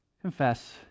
confess